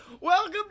Welcome